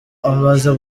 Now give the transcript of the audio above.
amaze